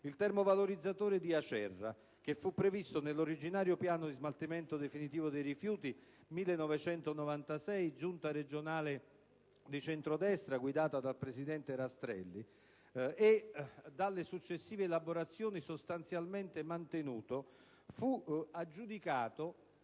il termovalorizzatore di Acerra, che fu previsto nell'originario piano di smaltimento definitivo dei rifiuti (1996: giunta regionale di centrodestra guidata dal presidente Rastrelli) e dalle successive elaborazioni sostanzialmente mantenuto, fu aggiudicato